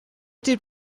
did